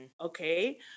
Okay